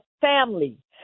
family